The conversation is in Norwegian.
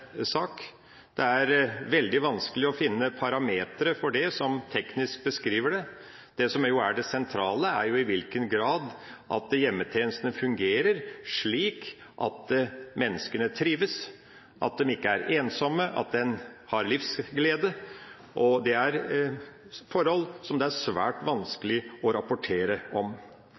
sak. Det er veldig vanskelig å finne parametere for det som teknisk beskriver det. Det som er det sentrale, er i hvilken grad hjemmetjenestene fungerer slik at menneskene trives, at de ikke er ensomme, og at de har livsglede. Det er forhold som det er svært vanskelig å rapportere om.